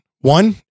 one